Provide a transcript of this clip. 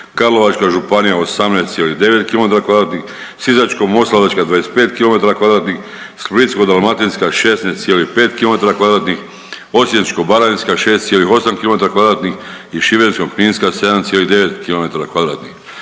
Karlovačka županija 18,9 km2, Sisačko-moslavačka 25 km2, Splitsko-dalmatinska 16,5 km2, Osječko-baranjska 6,8 km2 i Šibensko-kninska 7,9 km2.